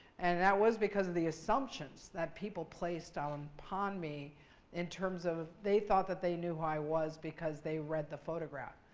and that was because of the assumptions that people placed down upon me in terms of they thought that they knew who i was because they read the photograph.